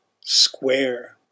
square